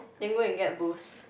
then go and get boost